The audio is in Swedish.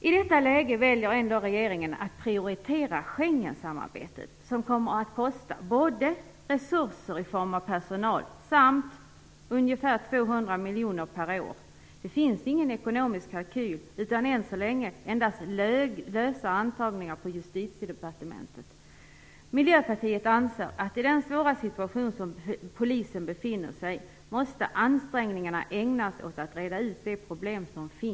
I detta läge väljer regeringen att prioritera Schengensamarbetet, som kommer att kosta resurser i form av personal och dessutom ungefär 200 miljoner kronor per år. Det finns ingen ekonomisk kalkyl än så länge utan endast lösa antaganden på Justitiedepartementet. Miljöpartiet anser att ansträngningarna måste ägnas åt att reda ut de problem som finns i den svåra situation som polisen befinner sig i.